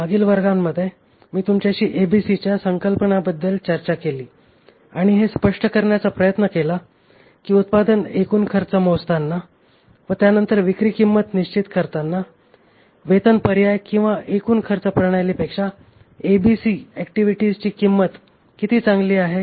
मागील वर्गांमध्ये मी तुमच्याशी एबीसीच्या संकल्पनांबद्दल चर्चा केली आणि हे स्पष्ट करण्याचा प्रयत्न केला की उत्पादन एकूण खर्च मोजताना व त्यानंतर विक्री किंमत निश्चित करताना वेतन पर्याय किंवा एकूण खर्च प्रणालीपेक्षा एबीसी ऍक्टिव्हिटीजची किंमत किती चांगली आहे